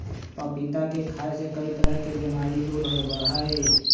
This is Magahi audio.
पपीता के खाय से कई तरह के बीमारी दूर होबा हई